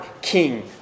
King